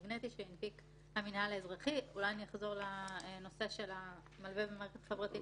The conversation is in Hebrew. ההון לא מספיקה לפיקוח על הבנקים כדי שהבנקים יהיו פטורים,